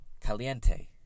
caliente